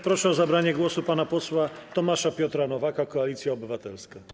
Proszę o zabranie głosu pana posła Tomasza Piotra Nowaka, Koalicja Obywatelska.